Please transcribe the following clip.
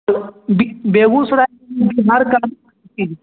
Begusarai